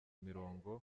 mirongo